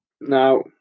now